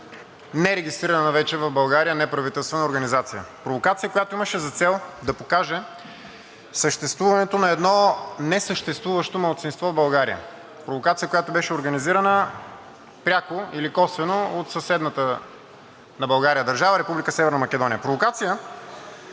нерегистрирана вече в България неправителствена организация. Провокация, която имаше за цел да покаже съществуването на едно несъществуващо малцинство в България. Провокация, която беше организирана пряко или косвено от съседната на България държава Република